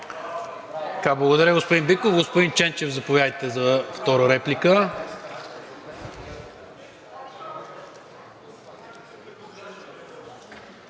Благодаря, господин Биков. Господин Ченчев, заповядайте за втора реплика.